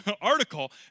article